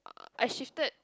I shifted